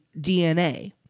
DNA